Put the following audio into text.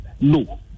no